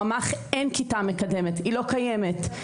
בממ"ח אין כיתה מקדמת, היא לא קיימת.